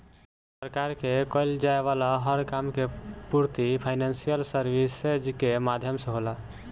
सरकार के कईल जाये वाला हर काम के पूर्ति फाइनेंशियल सर्विसेज के माध्यम से होला